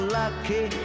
lucky